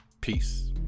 peace